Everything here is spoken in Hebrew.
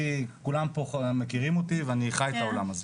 כולם פה מכירים אותי ואני חי את העולם הזה,